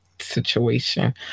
situation